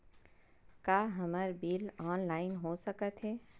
का हमर bill online हो सकत हे?